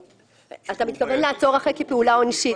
אתה מתכוון לעצור אחרי "או כפעולה עונשית".